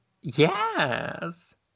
yes